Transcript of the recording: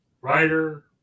writer